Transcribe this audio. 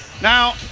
Now